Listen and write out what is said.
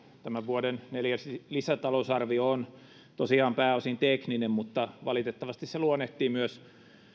tämän vuoden neljäs lisätalousarvio on tosiaan pääosin tekninen mutta valitettavasti se luonnehtii myös